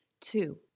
Two